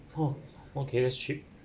oh okay that's cheap